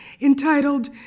entitled